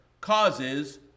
causes